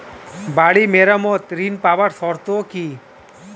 বাড়ি মেরামত ঋন পাবার শর্ত কি?